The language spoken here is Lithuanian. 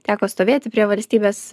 teko stovėti prie valstybės